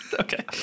Okay